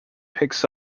picks